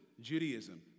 Judaism